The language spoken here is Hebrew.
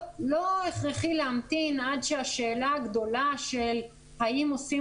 לא הכרחי להמתין עד שהשאלה הגדולה של האם עושים